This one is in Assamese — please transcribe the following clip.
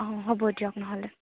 হ হ'ব দিয়ক নহ'লে